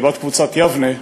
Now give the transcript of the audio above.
שהיא בת קבוצת יבנה,